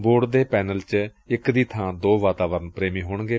board ਦੇ panel ਵਿਚ ਇਕ ਦੀ ਬਾਂ ਦੋ ਵਾਤਾਵਰਣ ਪੇਮੀ ਹੋਣਗੇ